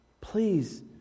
Please